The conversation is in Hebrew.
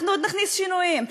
אנחנו עוד נכניס שינויים.